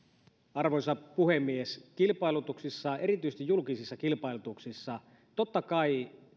arvoisa puhemies kilpailutuksissa erityisesti julkisissa kilpailutuksissa totta kai